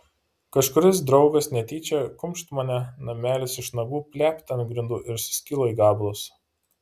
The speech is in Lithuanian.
kažkuris draugas netyčią kumšt mane namelis iš nagų plept ant grindų ir suskilo į gabalus